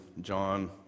John